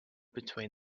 between